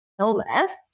illness